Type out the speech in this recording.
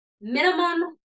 minimum